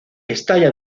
estalla